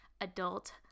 adult